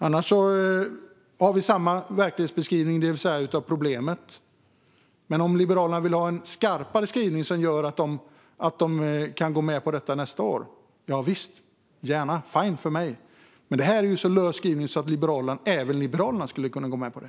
Annars har vi samma verklighetsbeskrivning av problemet. Om Liberalerna vill ha en skarpare skrivning som gör att de kan gå med på detta nästa år, javisst, gärna. Det är fine för mig. Men detta är en så lös skrivning att även Liberalerna skulle kunna gå med på det.